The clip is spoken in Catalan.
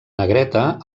negreta